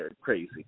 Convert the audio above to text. crazy